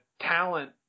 talent